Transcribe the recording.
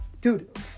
Dude